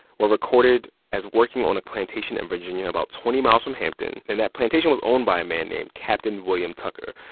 were recorded as working on a plantation in virginia about twenty miles from hampton, and that plantation was owned by a man named captain william tucker.